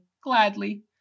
Gladly